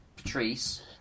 Patrice